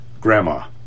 Grandma